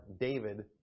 David